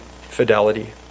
fidelity